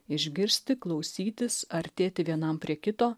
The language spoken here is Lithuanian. išgirsti klausytis artėti vienam prie kito